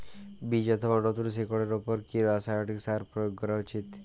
বীজ অথবা নতুন শিকড় এর উপর কি রাসায়ানিক সার প্রয়োগ করা উচিৎ?